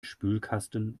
spülkasten